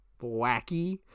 wacky